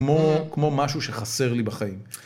כמו משהו שחסר לי בחיים.